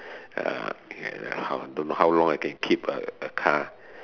uh don't know how long I can keep a a car